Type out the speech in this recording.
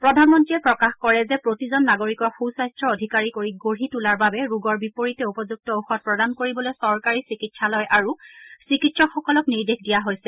প্ৰধানমন্ত্ৰীয়ে প্ৰকাশ কৰে যে প্ৰতিজন নাগৰিকক সুম্বাস্থৰ অধিকাৰী কৰি গঢ়ি তোলাৰ বাবে ৰোগৰ বিপৰীতে উপযুক্ত ওষধ প্ৰদান কৰিবলৈ চৰকাৰী চিকিৎসালয় আৰু চিকিৎসকসকলক নিৰ্দেশ দিয়া হৈছে